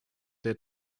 der